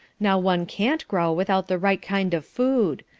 now one can't grow without the right kind of food.